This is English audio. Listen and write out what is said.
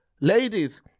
ladies